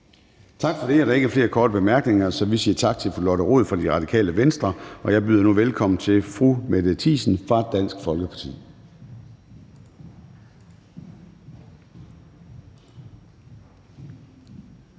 Tak for det. Der er ikke flere korte bemærkninger, så vi siger tak til fru Lotte Rod fra Radikale Venstre, og jeg byder nu velkommen til fru Mette Thiesen fra Dansk Folkeparti.